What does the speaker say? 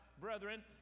brethren